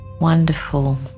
wonderful